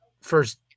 first